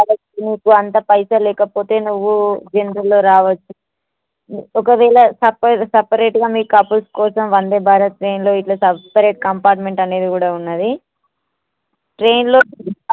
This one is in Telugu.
కాబట్టి నీకు అంత పైసలు లేకపోతే నువ్వు జనరల్లో రావచ్చు ఒకవేళ సపెర్ సపరేట్గా మీ కపుల్స్ కోసం వందే భారత్ ట్రైన్లో ఇట్లా సపరేట్ కంపార్ట్మెంట్ అనేది కూడా ఉన్నది ట్రైన్లో